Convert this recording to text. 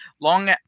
long